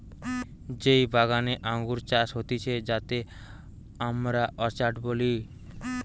যেই বাগানে আঙ্গুর চাষ হতিছে যাতে আমরা অর্চার্ড বলি